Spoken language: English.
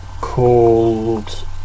called